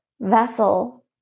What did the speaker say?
vessel